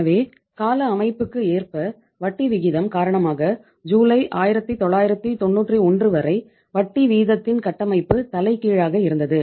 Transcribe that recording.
எனவே கால அமைப்புக்கு ஏற்ப வட்டி விகிதம் காரணமாக ஜூலை 1991 வரை வட்டி வீதத்தின் கட்டமைப்பு தலைகீழாக இருந்தது